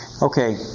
Okay